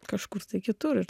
kažkur kitur